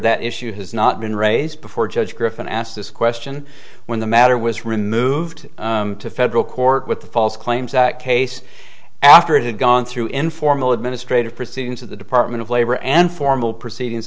that issue has not been raised before judge griffin asked this question when the matter was removed to federal court with the false claims act case after it had gone through informal administrative proceedings of the department of labor and formal proceedings